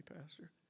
Pastor